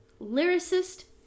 lyricist